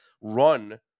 run